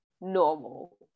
normal